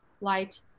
light